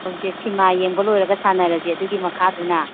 ꯁꯤꯃꯥ ꯌꯦꯡꯕ ꯂꯣꯏꯔꯒ ꯁꯥꯟꯅꯔꯁꯦ ꯑꯗꯨꯒꯤ ꯃꯈꯥꯗꯨꯅ